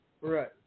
Right